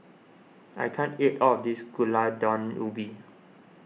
I can't eat all of this Gulai Daun Ubi